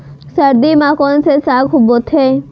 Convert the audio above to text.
सर्दी मा कोन से साग बोथे?